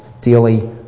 daily